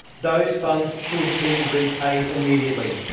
those funds should be repaid immediately.